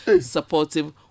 supportive